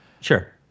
sure